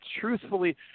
truthfully